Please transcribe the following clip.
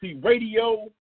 Radio